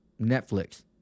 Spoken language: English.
Netflix